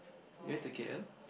you went to k_l